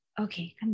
Okay